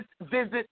visit